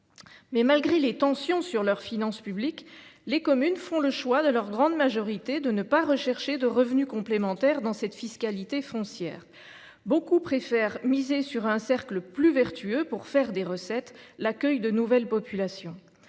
Malgré les tensions sur leurs finances publiques, les communes font le choix, dans leur grande majorité, de ne pas rechercher de revenu complémentaire dans cette fiscalité foncière. Beaucoup d’entre elles préfèrent miser sur un cercle plus vertueux pour faire recette : l’accueil de nouvelles populations.